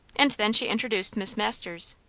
and then she introduced miss masters.